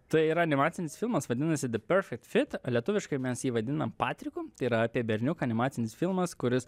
tai yra animacinis filmas vadinasi the perfect fit lietuviškai mes jį vadinam patriku tai yra apie berniuką animacinis filmas kuris